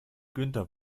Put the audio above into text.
günther